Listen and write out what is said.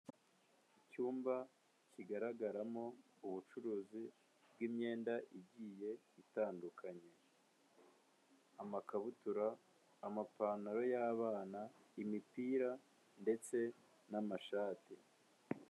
Icyumba kigaragaramo ubucuruzi bw'imyenda igiye itandukanye, amakabutura, amapantaro y'abana, imipira ndetse n'amashati.